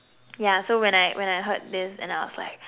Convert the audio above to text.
yeah so when I when I heard this and I was like